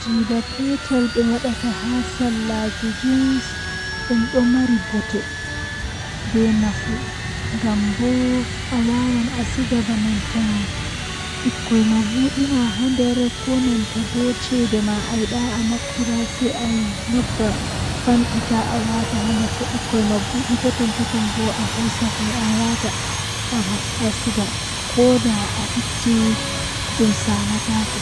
Woodi miseum haa kombi haa kombi saare lamido yola kanjum do mi yidi nastugo masin ngam woodi kareeji tari wuro man ko neebi nden tomi nasti mi laaran no wuro man fuddiri haa no wari jooni ko wontiri haa nder man suudu tarihi man.